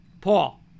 Paul